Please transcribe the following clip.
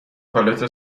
پالت